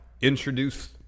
Introduce